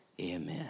Amen